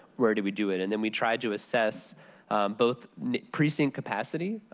where do we do it? and then we tried to assess both precinct capacity.